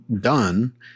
done